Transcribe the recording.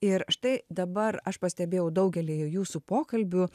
ir štai dabar aš pastebėjau daugelyje jūsų pokalbių